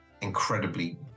incredibly